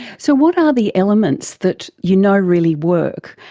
so what are the elements that you know really work?